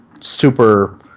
super